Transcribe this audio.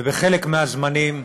ובחלק מהזמנים,